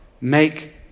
make